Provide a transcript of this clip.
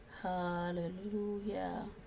Hallelujah